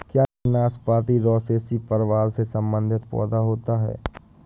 क्या नाशपाती रोसैसी परिवार से संबंधित पौधा होता है?